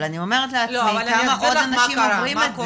אבל אני אומרת לעצמי כמה עוד אנשים עוברים את זה.